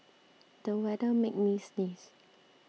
the weather made me sneeze